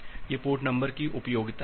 तो यह port number की उपयोगिता है